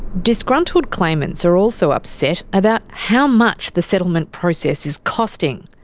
disgruntled claimants are also upset about how much the settlement process is costing.